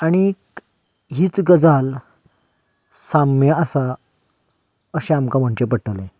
आनी हीच गजाल साम्य आसा अशें आमकां म्हणचें पडटलें